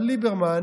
אבל ליברמן